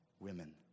Women